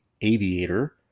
aviator